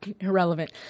Irrelevant